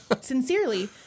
Sincerely